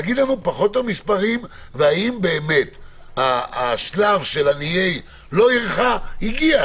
להגיד לנו מספרים והאם באמת השלב של עניי לא עירך הגיע,